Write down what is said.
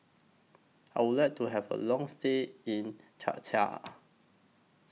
I Would like to Have A Long stay in Czechia